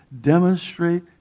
demonstrate